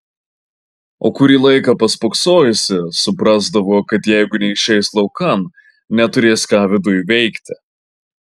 o kurį laiką paspoksojusi suprasdavo kad jeigu neišeis laukan neturės ką viduj veikti